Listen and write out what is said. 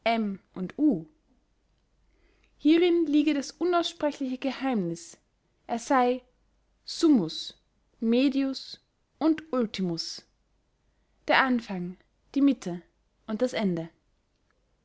und u hierin liege das unaussprechliche geheimniß er sey summus medius und ultimus der anfang die mitte und das ende